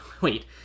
wait